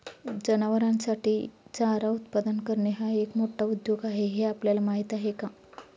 जनावरांसाठी चारा उत्पादन करणे हा एक मोठा उद्योग आहे हे आपल्याला माहीत आहे का?